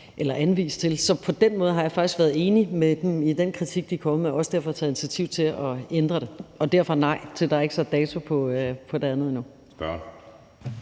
Så på den måde har jeg faktisk været enig med dem i den kritik, de er kommet med, og det er også derfor, jeg har taget initiativ til at ændre det. Og derfor er det et nej til, at der er sat dato på det andet endnu.